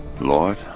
Lord